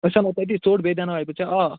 أسۍ اَنو تٔتی ژوٚٹ بیٚیہِ دیاوناوے بہٕ ژے آف